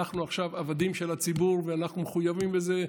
אנחנו עכשיו עבדים של הציבור ואנחנו מחויבים בזה.